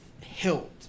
hilt